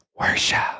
Worship